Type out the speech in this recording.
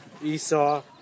Esau